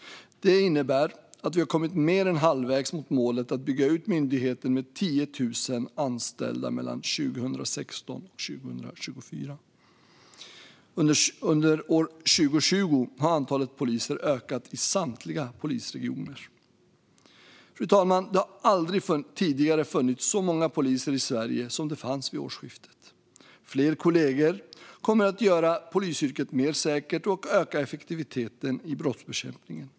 Det innebär att vi kommit mer än halvvägs mot målet att bygga ut myndigheten med 10 000 anställda mellan 2016 och 2024. Under 2020 har antalet poliser ökat i samtliga polisregioner. Det har aldrig tidigare funnits så många poliser i Sverige som det fanns vid årsskiftet. Fler kollegor kommer att göra polisyrket mer säkert och öka effektiviteten i brottsbekämpningen.